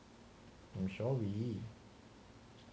I am sorry